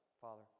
Father